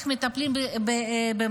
איך מטפלים במחלה.